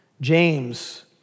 James